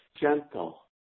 gentle